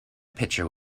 picture